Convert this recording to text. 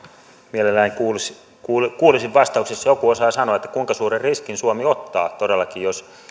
mielelläni kuulisin vastauksen jos joku osaa sanoa kuinka suuren riskin suomi ottaa todellakin jos